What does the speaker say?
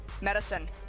Medicine